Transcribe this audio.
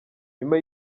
nyuma